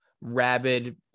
rabid